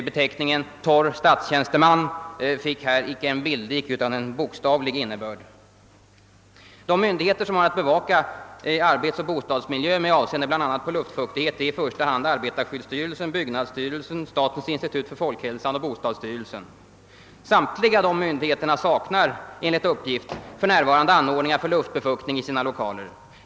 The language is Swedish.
Beteckningen torr statstjänsteman fick då icke en bildlig utan en bokstavlig innebörd. De myndigheter som har att bevaka arbetsoch bostadsmiljö med avseende på bl a. luftfuktighet är i första hand arbetarskyddsstyrelsen, byggnadsstyrelsen, statens institut för folkhälsan och bostadsstyrelsen. Samtliga dessa myndigheter saknar, enligt uppgift, för närvarande anordningar för luftbefuktning i sina lokaler.